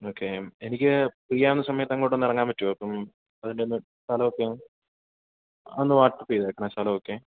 okay എനിക്ക് ഫ്രീയാവുന്ന സമയത്ത് അങ്ങോട്ടൊന്ന് ഇറങ്ങാൻ പറ്റുമോ അപ്പം അതിന്റെ ഒന്ന് സ്ഥലമൊക്കെയോ ഒന്ന് വാട്സപ്പ് ചെയ്തേക്കണം സ്ഥലമൊക്കെ